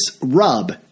rub